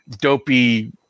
dopey